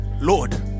Lord